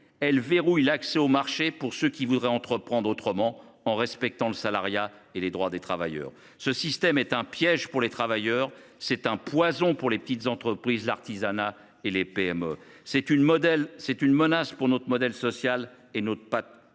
elle verrouille l’accès au marché pour ceux qui voudraient entreprendre autrement, en respectant le salariat et les droits des travailleurs. Ce système est un piège pour les travailleurs, un poison pour les petites entreprises et l’artisanat, une menace pour notre modèle social et notre pacte